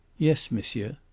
yes, monsieur.